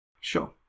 Sure